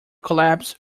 collapsed